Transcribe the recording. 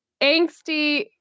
angsty